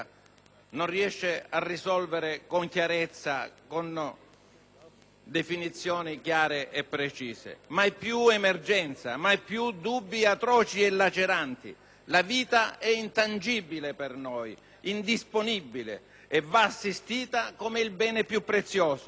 non riesce a dirimere con definizioni chiare e precise. Mai più emergenza, mai più dubbi atroci e laceranti: per noi la vita è intangibile, indisponibile e va assistita come il bene più prezioso.